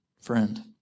friend